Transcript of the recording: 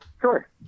Sure